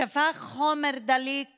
שפך חומר דליק